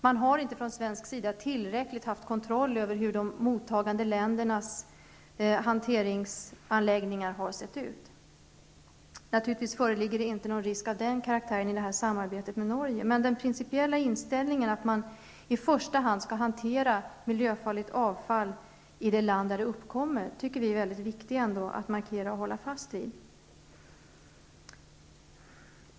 Vi har inte haft tillräcklig kontroll över hur de mottagande ländernas hanteringsanläggningar har sett ut. Någon risk av den karaktären föreligger naturligtvis inte vid samarbetet med Norge, men den principiella inställningen att miljöfarligt avfall i första hand skall hanteras i det land där det uppkommer är viktig att markera och hålla fast vid.